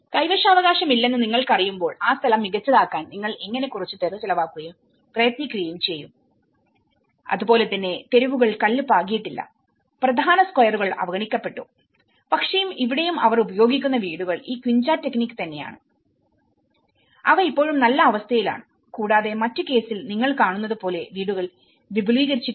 കൈവശാവകാശം ഇല്ലെന്ന് നിങ്ങൾക്കറിയുമ്പോൾ ആ സ്ഥലം മികച്ചതാക്കാൻ നിങ്ങൾ എങ്ങനെ കുറച്ച് തുക ചിലവാക്കുകയും പ്രയത്നിക്കുകയും ചെയ്യും അതുപോലെ തന്നെ തെരുവുകൾ കല്ല് പാകിയിട്ടില്ല പ്രധാന സ്ക്വയറുകൾ അവഗണിക്കപ്പെട്ടു പക്ഷേ ഇവിടെയും അവർ ഉപയോഗിക്കുന്ന വീടുകൾ ഈ ക്വിൻച ടെക്നിക്തന്നെയാണ് അവ ഇപ്പോഴും നല്ല അവസ്ഥയിലാണ് കൂടാതെ മറ്റ് കേസിൽ നിങ്ങൾ കാണുന്ന പോലെ വീടുകൾ വിപുലീകരിച്ചിട്ടുണ്ട്